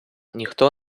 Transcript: ніхто